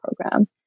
program